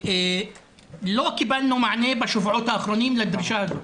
ולא קיבלנו מענה בשבועות האחרונים לדרישה הזאת.